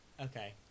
okay